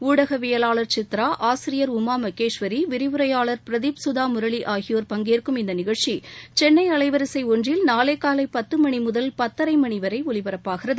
ஊடகவியலாளர் சித்ரா ஆசிரியர் உமா மகேஸ்வரி விரிவுரையாளர் பிரதீக் சுதா முரளி ஆகியோர் பங்கேற்கும் இந்த நிகழ்ச்சி சென்னை அலைவரிசை ஒன்றில் நாளை காலை பத்து மணி முதல் பத்தரை மணி வரை ஒலிபரப்பாகிறது